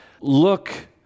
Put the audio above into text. look